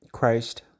Christ